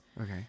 Okay